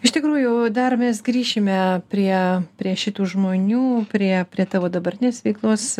iš tikrųjų dar mes grįšime prie prie šitų žmonių priėjo prie tavo dabartinės veiklos